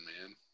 man